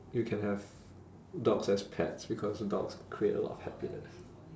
you can have dogs as pets because dogs create a lot of happiness